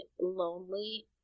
lonely